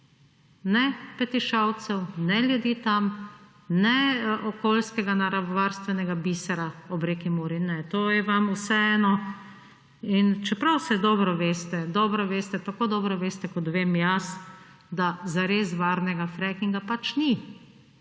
ne Petišovcev, ne ljudi tam, ne okoljskega naravovarstvenega bisera ob reki Muri? Ne, to je vam vseeno in čeprav … Saj dobro veste, tako dobro veste, kot vem jaz, da zares varnega frackinga pač ni,